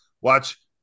Watch